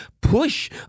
push